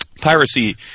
piracy